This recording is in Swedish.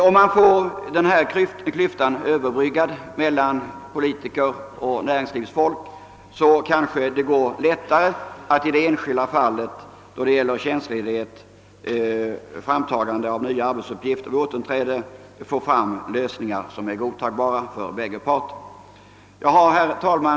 Om man kan överbrygga denna klyfta mellan politiker och näringslivets folk, kanske det går lättare att i de enskilda fallen åstadkomma för båda parter godtagbara lösningar när det gäller tjänstledighet och framtagande av nya arbetsuppgifter vid återinträde. Herr talman!